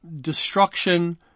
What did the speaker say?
destruction